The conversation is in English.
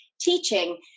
teaching